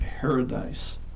paradise